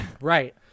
Right